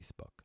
Facebook